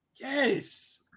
Yes